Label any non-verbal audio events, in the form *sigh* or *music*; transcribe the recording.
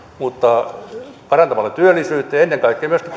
mutta kun parannetaan työllisyyttä ja ennen kaikkea myöskin *unintelligible*